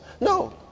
No